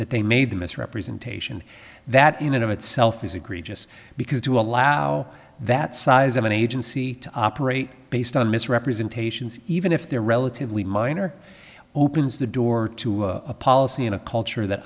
that they made the misrepresentation that in and of itself is agree just because to allow that size of an agency to operate based on misrepresentations even if they're relatively minor opens the door to a policy in a culture that